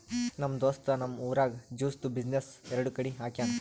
ನಮ್ ದೋಸ್ತ್ ನಮ್ ಊರಾಗ್ ಜ್ಯೂಸ್ದು ಬಿಸಿನ್ನೆಸ್ ಎರಡು ಕಡಿ ಹಾಕ್ಯಾನ್